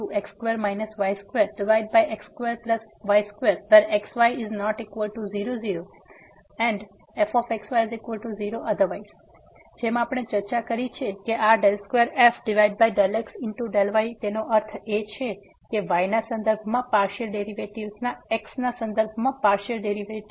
fxyxyx2y2xy≠00 0elsewhere તેથી જેમ આપણે ચર્ચા કરી છે આ 2f∂x∂y તેનો અર્થ એ છે કે y ના સંદર્ભમાં પાર્સીઅલ ડેરીવેટીવ ના x ના સંદર્ભમાં પાર્સીઅલ ડેરીવેટીવ